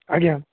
ଆଜ୍ଞା